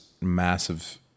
massive